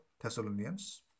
Thessalonians